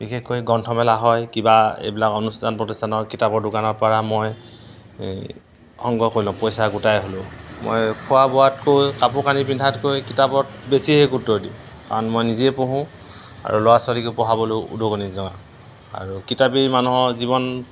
বিশেষকৈ গ্ৰন্থমেলা হয় কিবা এইবিলাক অনুষ্ঠান প্ৰতিষ্ঠানৰ কিতাপৰ দোকানৰ পৰা মই এই সংগ্ৰহ কৰি লওঁ পইচা গোটাই হ'লেও মই খোৱা বোৱাতকৈ কাপোৰ কানি পিন্ধাতকৈ কিতাপত বেছিহে গুৰুত্ব দিওঁ কাৰণ মই নিজে পঢ়োঁ আৰু ল'ৰা ছোৱালীকো পঢ়াবলৈ উদগনি জনাওঁ আৰু কিতাপেই মানুহৰ জীৱন